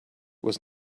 was